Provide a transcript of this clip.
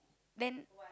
then